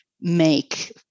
Make